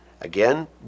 Again